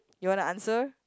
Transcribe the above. you want a answer